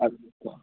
अच्छा